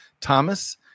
Thomas